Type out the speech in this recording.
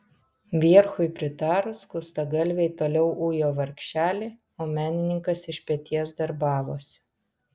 vierchui pritarus skustagalviai toliau ujo vargšelį o menininkas iš peties darbavosi